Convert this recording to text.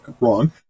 wrong